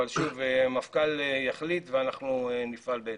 אבל שוב המפכ"ל יחליט ואנחנו נפעל בהתאם.